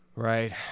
Right